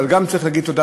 אבל צריך גם להגיד תודה,